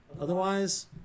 Otherwise